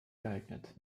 geeignet